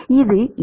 இது x L